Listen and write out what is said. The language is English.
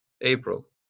April